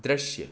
दृश्य